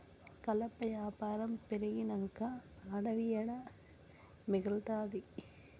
కలప యాపారం పెరిగినంక అడివి ఏడ మిగల్తాది